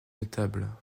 notables